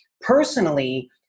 Personally